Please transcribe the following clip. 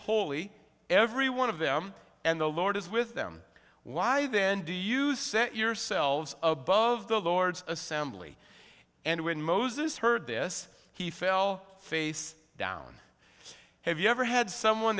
holy every one of them and the lord is with them why then do you say yourselves above the lord's assembly and when moses heard this he fell face down have you ever had someone